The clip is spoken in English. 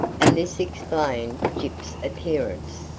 and this explained gyp's appearance.